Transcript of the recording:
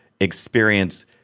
experience